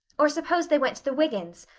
or suppose they went to the wiggins'.